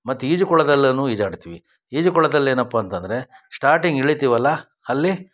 ಮತ್ತು ಈಜುಕೊಳದಲ್ಲೂನೂ ಈಜಾಡ್ತೀವಿ ಈಜುಕೊಳದಲ್ಲಿ ಏನಪ್ಪ ಅಂತ ಅಂದರೆ ಸ್ಟಾಟಿಂಗ್ ಇಳಿತಿವಲ್ಲ ಅಲ್ಲಿ